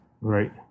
Right